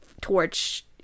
torch